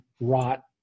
rot